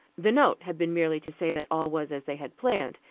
the note had been merely to say that all was as they had planned,